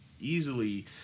easily